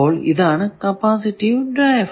ഇതാണ് capacitive diaphragm